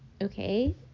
Okay